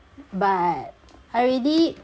but I already